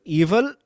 evil